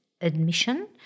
admission